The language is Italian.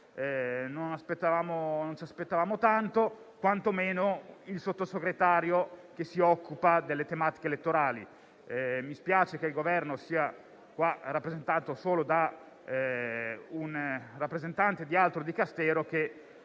non ci aspettavamo tanto, ma quantomeno il Sottosegretario che si occupa delle tematiche elettorali. Mi spiace che il Governo sia rappresentato solo da un membro di altro Dicastero, che